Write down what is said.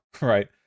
right